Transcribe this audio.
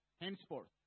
henceforth